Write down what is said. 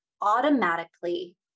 automatically